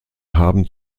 haben